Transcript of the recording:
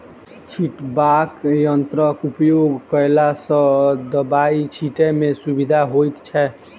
छिटबाक यंत्रक उपयोग कयला सॅ दबाई छिटै मे सुविधा होइत छै